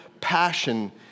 passion